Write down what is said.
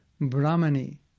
Brahmani